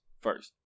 first